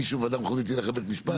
מי שבוועדה המחוזית ילך לבית משפט.